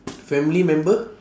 family member